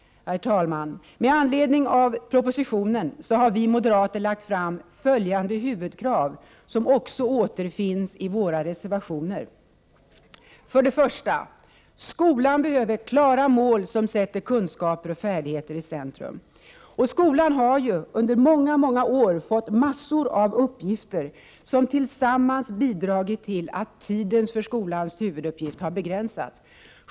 Herr talman! Med anledning av propositionen har vi moderater lagt fram följande huvudkrav som också återfinns i våra reservationer. 1. Skolan behöver klara mål som sätter kunskaper och färdigheter i centrum. Skolan har under många år fått massor av uppgifter som tillsammans bidragit till att tiden för skolans huvuduppgift begränsats.